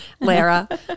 Lara